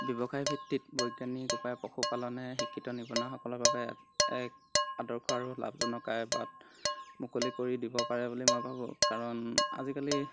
ব্যৱসায়ভিত্তিত বৈজ্ঞানিক উপায়েৰে পশুপালনে শিক্ষিত নিবনুৱাসকলৰ বাবে এক আদৰ্শ আৰু লাভজনক আয়ৰ বাট মুকলি কৰি দিব পাৰে বুলি মই ভাবোঁ কাৰণ আজিকালি